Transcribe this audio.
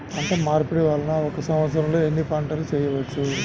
పంటమార్పిడి వలన ఒక్క సంవత్సరంలో ఎన్ని పంటలు వేయవచ్చు?